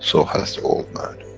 so has the old man.